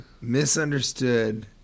misunderstood